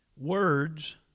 Words